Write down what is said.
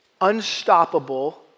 unstoppable